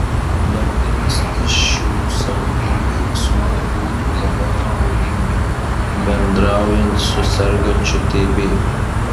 daugelis iš šių saugių veiksmų būtų labai pavojingi bendraujant su sergančiu tb